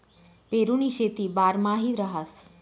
पेरुनी शेती बारमाही रहास